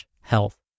health